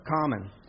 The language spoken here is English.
common